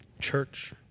Church